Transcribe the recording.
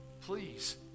Please